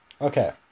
Okay